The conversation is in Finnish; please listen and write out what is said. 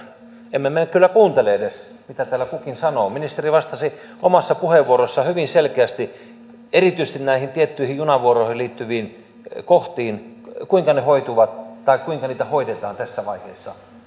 emme me kyllä kuuntele edes mitä täällä kukin sanoo ministeri vastasi omassa puheenvuorossaan hyvin selkeästi erityisesti näihin tiettyihin junavuoroihin liittyviin kohtiin kuinka ne hoituvat tai kuinka niitä hoidetaan tässä vaiheessa